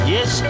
Yes